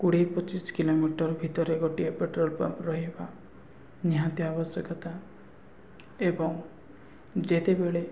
କୋଡ଼ିଏ ପଚିଶ କିଲୋମିଟର ଭିତରେ ଗୋଟିଏ ପେଟ୍ରୋଲ ପମ୍ପ ରହିବା ନିହାତି ଆବଶ୍ୟକତା ଏବଂ ଯେତେବେଳେ